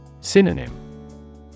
Synonym